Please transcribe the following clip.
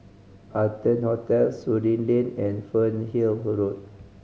Arton Hotel Surin Lane and Fernhill Road